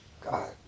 God